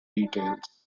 details